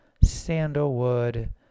sandalwood